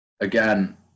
again